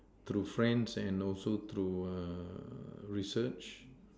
through friends and also through err research